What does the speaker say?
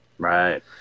Right